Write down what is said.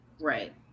Right